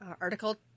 article